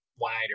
wider